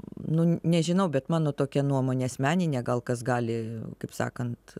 nu nežinau bet mano tokia nuomonė asmeninė gal kas gali kaip sakant